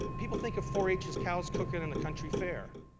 people think of four h as cows, cooking and the country fair.